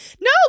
no